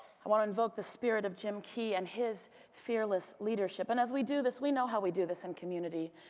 i want to invoke the spirit of jim key and his fearless leadership. and as we do this, we know how we do this in community.